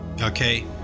okay